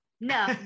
no